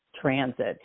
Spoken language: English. transit